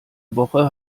woche